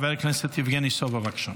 חבר הכנסת יבגני סובה, בבקשה.